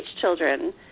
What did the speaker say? children